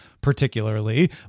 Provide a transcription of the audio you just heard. particularly